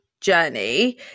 journey